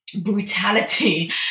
brutality